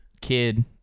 kid